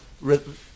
rhythm